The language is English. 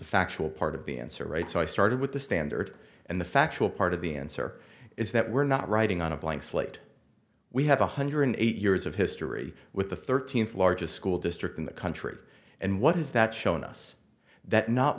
the factual part of the answer right so i started with the standard and the factual part of the answer is that we're not writing on a blank slate we have one hundred eight years of history with the thirteenth largest school district in the country and what is that shown us that not